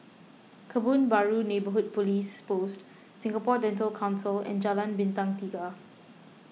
Kebun Baru Neighbourhood Police Post Singapore Dental Council and Jalan Bintang Tiga